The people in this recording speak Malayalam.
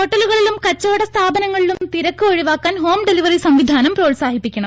ഹോട്ടലുകളിലും കച്ചവട സ്ഥാപനങ്ങളിലും തിരക്ക് ഒഴിവാക്കാൻ ഹോം ഡെലിവറി സംവിധാനം പ്രോത്സാഹിപ്പിക്കണം